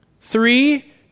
Three